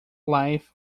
life